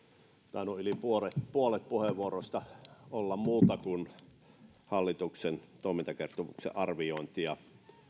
keskustelukulttuuria on tainnut yli puolet puheenvuoroista olla muuta kuin hallituksen toimintakertomuksen arviointia